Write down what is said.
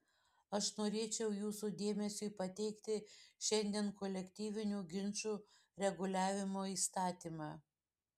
aš norėčiau jūsų dėmesiui pateikti šiandien kolektyvinių ginčų reguliavimo įstatymą